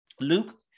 Luke